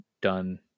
done